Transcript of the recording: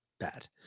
Bad